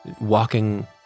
walking